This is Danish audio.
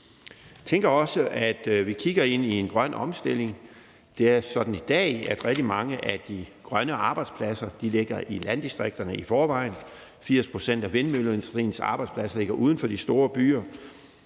Jeg tænker også, at vi kigger ind i en grøn omstilling. Det er sådan i dag, at rigtig mange af de grønne arbejdspladser i forvejen ligger i landdistrikterne. 80 pct. af vindmølleindustriens arbejdspladser ligger uden for de store byer,